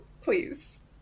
please